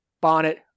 Bonnet